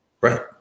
Right